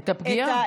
את הפגיעה.